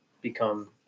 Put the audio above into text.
become